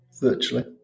virtually